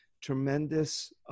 tremendous